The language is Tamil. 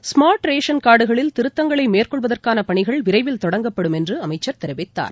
ஸ்மார்ட் ரேஷன் கார்டுகளில் திருத்தங்களைமேற்கொள்வதற்கானபணிகள் விரைவில் தொடங்கப்படும் என்றுஅமைச்சர் தெரிவித்தார்